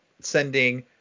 sending